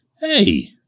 hey